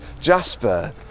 jasper